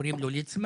קוראים לו ליצמן,